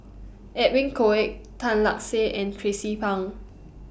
Edwin Koek Tan Lark Sye and Tracie Pang